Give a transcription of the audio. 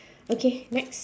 okay next